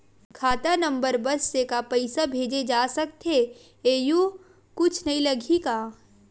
खाता नंबर बस से का पईसा भेजे जा सकथे एयू कुछ नई लगही का?